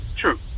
true